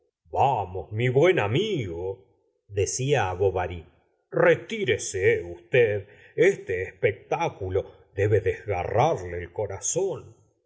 vamos mi buen amigo decía á bovary retirese usted este espectáculo debe desgarrarle el corazón